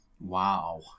Wow